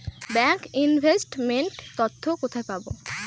Bank investment তথ্য কোথায় পাব?